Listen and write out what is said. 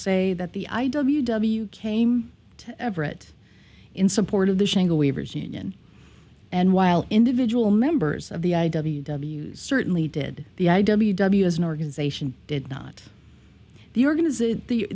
say that the i w w came to everett in support of the shingle waivers union and while individual members of the certainly did the i w w as an organization did not the organization the